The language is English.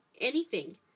anything